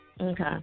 Okay